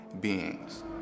beings